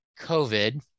COVID